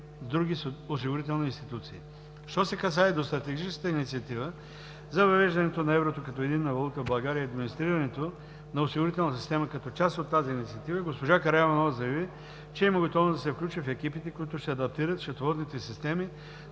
други осигурителни институции. Що се касае до стратегическата инициатива за въвеждането на еврото като единна валута в България и администрирането на осигурителната система като част от тази инициатива, госпожа Караиванова заяви, че има готовност да се включи в екипите, които ще адаптират счетоводните системи,